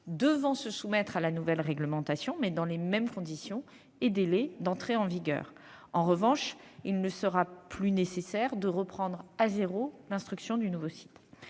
existants, soumis à toute nouvelle réglementation dans les mêmes conditions et délais d'entrée en vigueur. En revanche, il ne sera plus nécessaire de reprendre de zéro l'instruction d'un dossier.